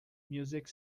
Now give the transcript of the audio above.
music